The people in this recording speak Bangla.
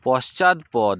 পশ্চাৎপদ